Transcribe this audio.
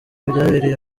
byabereye